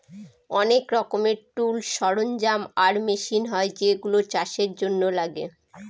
অনেক রকমের টুলস, সরঞ্জাম আর মেশিন হয় যেগুলা চাষের জন্য লাগে